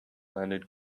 landed